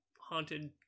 Haunted